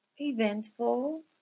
eventful